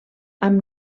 amb